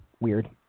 weird